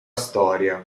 storia